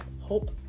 hope